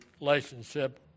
relationship